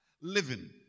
living